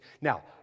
Now